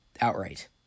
outright